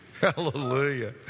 Hallelujah